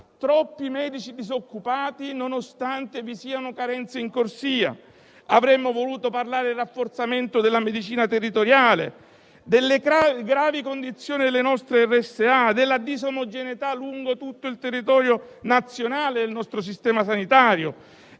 troppi medici disoccupati nonostante vi siano carenze in corsia. Avremmo voluto parlare del rafforzamento della medicina territoriale; delle gravi condizioni delle nostre RSA; della disomogeneità lungo tutto il territorio nazionale del nostro Sistema sanitario;